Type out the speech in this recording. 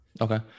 Okay